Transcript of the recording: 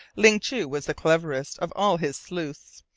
ling chu was the cleverest of all his sleuths,